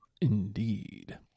indeed